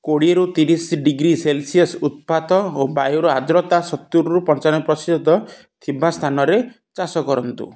କୋଡ଼ିଏରୁ ତିରିଶ degree Celsius ଉତ୍ପାଦ ଓ ବାୟୁର ଆଦ୍ରତା ସତୁୁରୀରୁ ପଞ୍ଚାନବେ ପ୍ରତିଶତ ଥିବା ସ୍ଥାନରେ ଚାଷ କରନ୍ତୁ